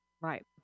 Right